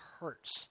hurts